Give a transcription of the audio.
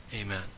Amen